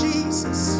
Jesus